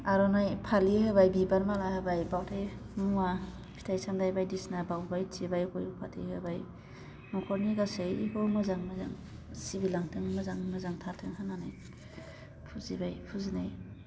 आर'नाइ फालि होबाय बिबार माला होबाय बावथाय मुवा फिथाइ सामथाइ बायदिसिना बावबाय थिबाय गय फाथै होबाय नख'रनि गासैबो मोजां मोजां सिबिलांथों मोजां मोजां थाथों होननानै फुजिबाय फुजिनाय